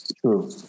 True